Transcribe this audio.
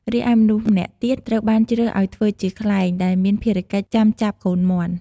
រីឯមនុស្សម្នាក់ទៀតត្រូវបានជ្រើសឲ្យធ្វើជាខ្លែង ដែលមានភារកិច្ចចាំចាប់កូនមាន់។